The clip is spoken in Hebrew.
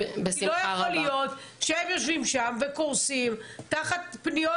כי לא יכול להיות שהם יושבים שם וקורסים תחת פניות